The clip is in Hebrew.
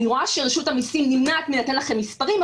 אני רואה שרשות המיסים נמנעת מלתת לכם מספרים,